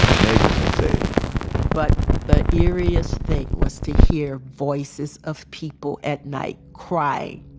neighbors they'd saved but the eeriest thing was to hear voices of people at night crying.